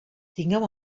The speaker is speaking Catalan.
tingueu